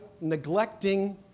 neglecting